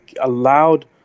allowed